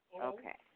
Okay